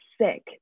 sick